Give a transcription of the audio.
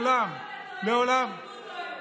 לעולם, לעולם, שוסטר, הוא דואג